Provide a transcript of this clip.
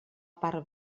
part